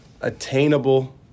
attainable